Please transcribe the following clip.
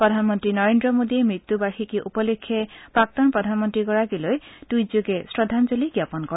প্ৰধানমন্ত্ৰী নৰেন্দ্ৰ মোদীয়ে মৃত্যু বাৰ্যিকী উপলক্ষে প্ৰাক্তন প্ৰধানমন্ত্ৰীগৰাকীলৈ টুইটযোগে শ্ৰদ্ধাঞ্জলি জ্ঞাপন কৰে